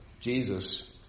Jesus